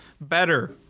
better